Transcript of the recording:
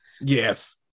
yes